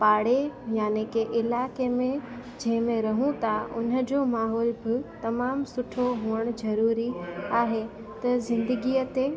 पाड़े यानि की इलाइक़े में जंहिं में रहूं था हुनजो माहौल बि तमामु सुठो हुअणु ज़रूरी आहे त ज़िंदगीअ ते